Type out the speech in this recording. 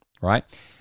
right